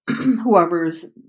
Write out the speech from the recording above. whoever's